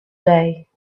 day